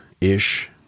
ish